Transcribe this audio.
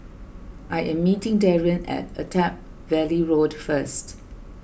I am meeting Darrien at Attap Valley Road first